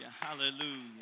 Hallelujah